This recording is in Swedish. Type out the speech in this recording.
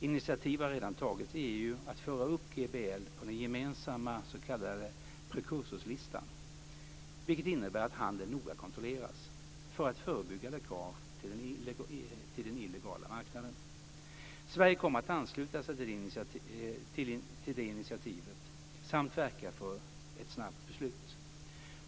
Initiativ har redan tagits i EU för att föra upp GBL på den gemensamma s.k. prekursorslistan, vilket innebär att handeln noga kontrolleras för att förebygga läckage till den illegala marknaden. Sverige kommer att ansluta sig till det initiativet samt verka för ett snabbt beslut.